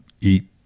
eat